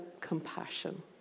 compassion